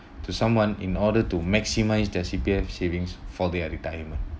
to someone in order to maximize their C_P_F savings for their retirement